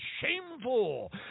shameful